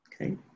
Okay